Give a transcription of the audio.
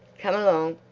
come along!